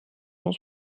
cent